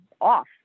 off